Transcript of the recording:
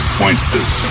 pointless